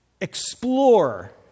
Explore